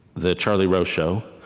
the charlie rose show,